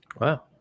wow